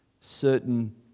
certain